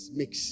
mix